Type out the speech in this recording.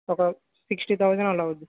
ఒక sixty thousand అలా అవుద్ది